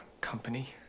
company